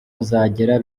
uzagera